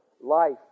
life